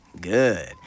Good